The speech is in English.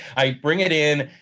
i bring it in,